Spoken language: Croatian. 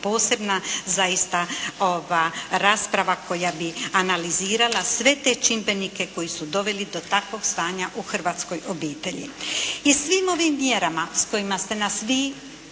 zaista rasprava koja bi analizirala sve te čimbenike koji su doveli do takvog stanja u hrvatskoj obitelji. I svim ovim mjerama sa kojima ste nas vi